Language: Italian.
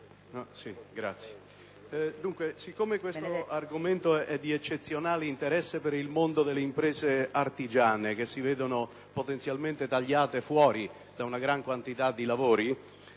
emendamenti in esame è di eccezionale interesse per il mondo delle imprese artigiane, che si vedono potenzialmente tagliate fuori da una grande quantità di lavori.